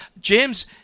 James